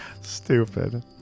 Stupid